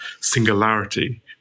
singularity